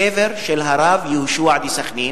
קבר של הרב יהושע דסכנין.